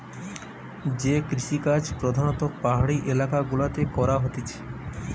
যে কৃষিকাজ প্রধাণত পাহাড়ি এলাকা গুলাতে করা হতিছে